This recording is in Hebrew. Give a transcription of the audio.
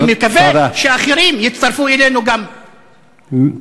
אני מקווים שאחרים יצטרפו אלינו גם כן.